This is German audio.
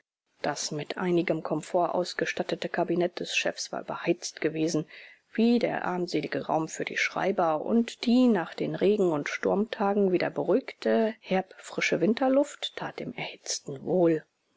das mit einigem komfort ausgestattete kabinett des chefs war überheizt gewesen wie der armselige raum für die schreiber und die nach den regen und sturmtagen wieder beruhigte herb frische winterluft tat dem erhitzten wohl